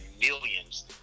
millions